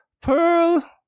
Pearl